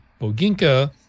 boginka